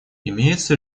имеются